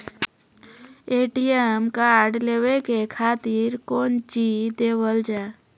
ATM card लेवे के खातिर कौंची देवल जाए?